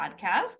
Podcast